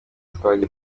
twagiye